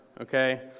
okay